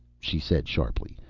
she said sharply.